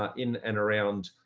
ah in and around